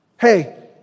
hey